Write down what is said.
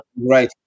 right